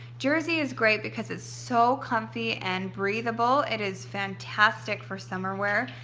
jersey is great because it's so comfy and breathable. it is fantastic for summer wear.